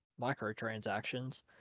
microtransactions